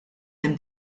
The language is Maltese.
hemm